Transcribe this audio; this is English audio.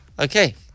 Okay